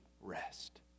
rest